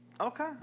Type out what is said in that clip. Okay